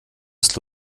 ist